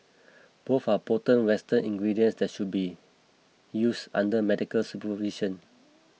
both are potent western ingredients that should be use under medical supervision